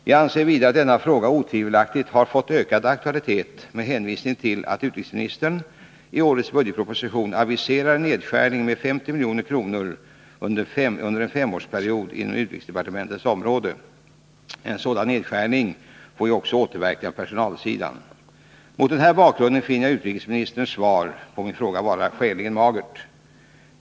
Jag anser vidare att denna fråga otvivelaktigt har fått ökad aktualitet med hänvisning till att utrikesministern i årets budgetproposition aviserar en nedskärning med 50 milj.kr. under en femårsperiod inom utrikesdepartementets område. En sådan nedskärning får ju också återverkningar på personalsidan. Mot denna bakgrund finner jag utrikesministerns svar på min fråga vara skäligen magert.